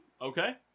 Okay